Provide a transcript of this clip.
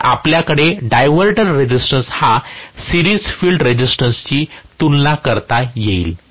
तर आपल्याकडे diverter resistance हा सिरीज फील्ड रेसिस्टन्सशी तुलना करता येईल